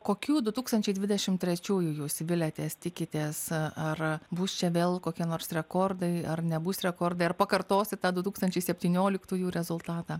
kokių du tūkstančiai dvidešimt trečiųjų jūs viliatės tikitės ar bus čia vėl kokie nors rekordai ar nebus rekordai ar pakartosite du tūkstančiai septynioliktųjų rezultatą